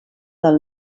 del